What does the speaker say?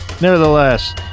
nevertheless